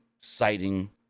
citing